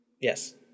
yes